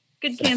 Good